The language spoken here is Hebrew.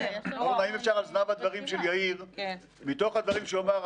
אם אפשר על זנב הדברים של יאיר מתוך הדברים שהוא אמר,